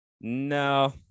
No